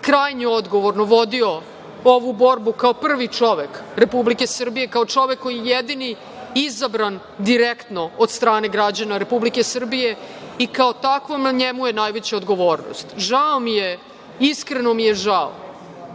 krajnje odgovorno vodio ovu borbu kao prvi čovek Republike Srbije, kao čovek koji je jedini izabran direktno od strane građana Republike Srbije i kao takvom na njemu je najveća odgovornost. Žao mi je, iskreno mi je žao